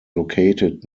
located